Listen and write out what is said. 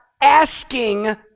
asking